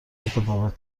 متفاوت